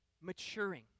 maturing